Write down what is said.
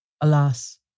Alas